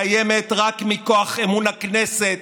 קיימת רק מכוח אמון הכנסת,